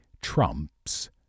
trumps